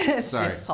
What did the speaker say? sorry